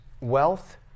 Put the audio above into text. wealth